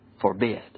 forbid